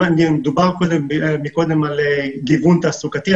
דובר כאן קודם על גיוון תעסוקתי.